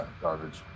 Garbage